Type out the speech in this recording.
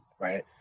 Right